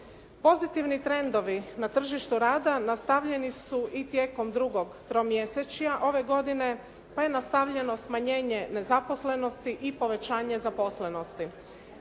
Pozitivni trendovi na tržištu rada nastavljeni su i tijekom drugog tromjesečja druge godine, pa je nastavljeno smanjenje nezaposlenosti i povećanje zaposlenosti.